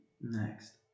next